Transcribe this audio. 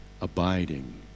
abiding